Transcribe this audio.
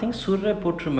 அப்புறம்:appuram